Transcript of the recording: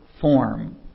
form